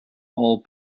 all